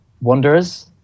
Wanderers